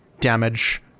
damage